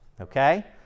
okay